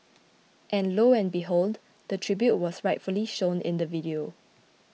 and lo and behold the tribute was rightfully shown in the video